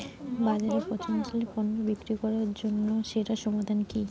বাজারে পচনশীল পণ্য বিক্রি করার জন্য সেরা সমাধান কি?